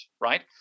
right